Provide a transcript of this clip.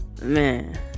man